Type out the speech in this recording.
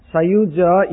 Sayuja